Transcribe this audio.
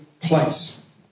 place